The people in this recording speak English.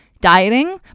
dieting